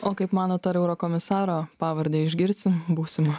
o kaip manot ar eurokomisaro pavardę išgirsim būsimo